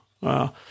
Wow